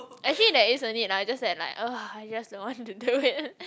actually there is a need lah just that like I just don't want to do it